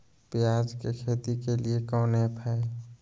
प्याज के खेती के लिए कौन ऐप हाय?